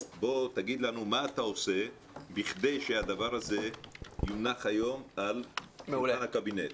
אז בוא תגיד לנו מה אתה עושה בכדי שהדבר הזה יונח היום על שולחן הקבינט.